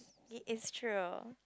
it is true